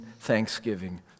thanksgiving